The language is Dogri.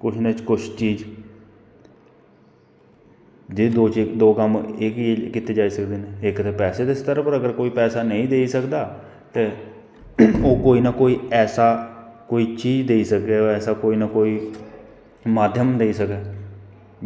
कुछ न कुछ चीज़ जे दो कम्म एह् कीते जाई सकदे न इक ते पैसे दे संदर्भ दा अगर कोई पैसा नेंई देई सकदा ते ओह् कोई न कोई ऐसा कोई चीज़ देई सकै ऐसा कोई न कोई माध्यम देई सकै